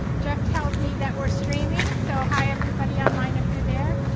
jeff tells me that we're streaming, so hi everybody online if you're there.